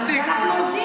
על זה אנחנו עובדים פה.